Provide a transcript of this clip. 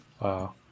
Wow